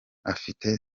afite